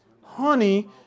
Honey